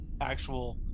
actual